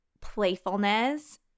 playfulness